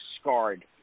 scarred